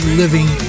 living